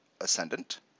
ascendant